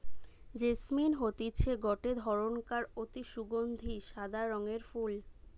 jasmine হতিছে গটে ধরণকার অতি সুগন্ধি সাদা রঙের ফুল